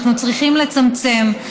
אנחנו צריכים לצמצם.